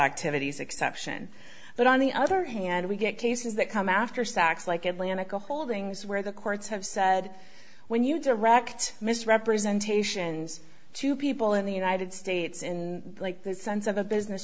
activities exception but on the other hand we get cases that come after saks like atlantic a holdings where the courts have said when you direct misrepresentations to people in the united states in the sense of a business